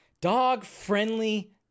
Dog-friendly